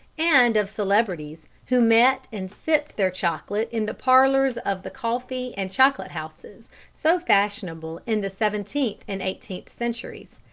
and of celebrities who met and sipped their chocolate in the parlours of the coffee and chocolate houses so fashionable in the seventeenth and eighteenth centuries.